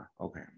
Okay